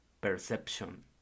perception